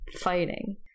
fighting